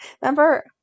Remember